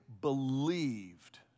believed